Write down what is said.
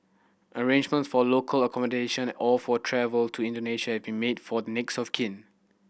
arrangements for local accommodation or for travel to Indonesia have been made for the next of kin